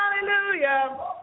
hallelujah